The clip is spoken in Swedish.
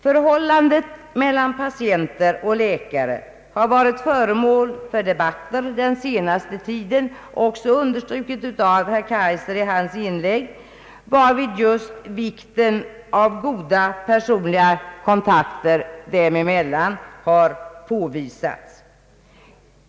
Förhållandet mellan patienter och läkare har varit föremål för debatter den senaste tiden — som också understrukits av herr Kaijser i hans inlägg — varvid just vikten av goda personliga kontakter dem emellan påvisats.